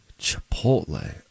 Chipotle